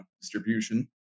distribution